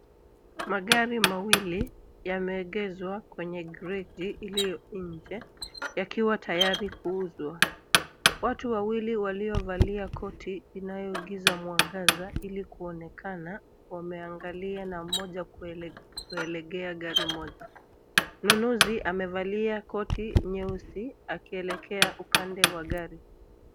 Magari mawili yameegeshwa kwenye gregi iliyo nje yakiwa tayari kuuzwa. Watu wawili waliovalia koti inayoigiza mwangaza ili kuonekana wameangalia na mmoja kuelekea gari moja. Mnunuzi amevalia koti nyeusi akielekea upande wa gari.